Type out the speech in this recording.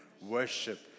worship